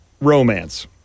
Romance